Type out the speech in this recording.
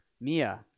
Mia